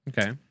Okay